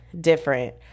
different